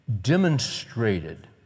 demonstrated